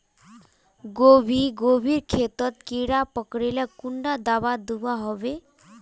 गोभी गोभिर खेतोत कीड़ा पकरिले कुंडा दाबा दुआहोबे?